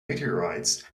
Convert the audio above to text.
meteorites